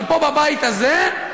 אבל פה, בבית הזה,